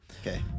Okay